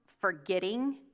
forgetting